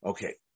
Okay